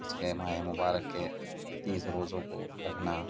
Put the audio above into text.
اس کے ماہ مبارک کے تیس روزوں کو رکھنا